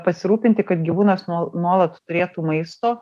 pasirūpinti kad gyvūnas nuo nuolat turėtų maisto